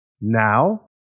Now